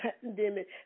pandemic